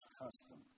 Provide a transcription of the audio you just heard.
custom